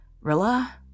Rilla